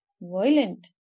Violent